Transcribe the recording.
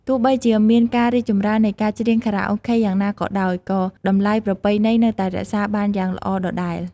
ទោះបីជាមានការរីកចម្រើននៃការច្រៀងខារ៉ាអូខេយ៉ាងណាក៏ដោយ ក៏តម្លៃប្រពៃណីនៅតែរក្សាបានយ៉ាងល្អដដែល។